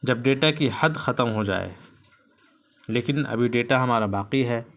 جب ڈیٹا کی حد ختم ہو جائے لیکن ابھی ڈیٹا ہمارا باقی ہے